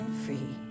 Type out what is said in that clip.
free